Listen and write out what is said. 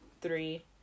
three